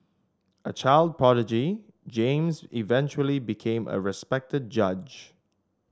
a child prodigy James eventually became a respected judge